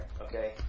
okay